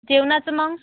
जेवणाचं मग